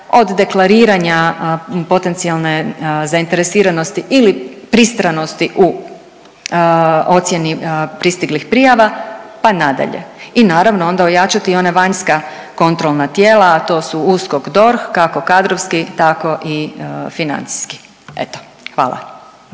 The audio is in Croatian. od deklariranja potencijalne zainteresiranosti ili pristranosti u ocjeni pristiglih prijava pa na dalje. I naravno onda ojačati i ona vanjska kontrolna tijela, a to su USKOK, DORH, kako kadrovski tako i financijski. Eto hvala.